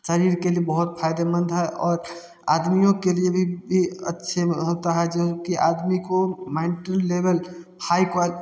शरीर के लिए बहुत फ़ायदेमंद है और आदमियों के लिए भी भी अच्छे ब होता है जो कि आदमी को मेंटल लेवल हाय